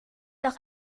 doch